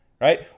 Right